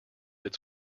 its